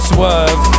Swerve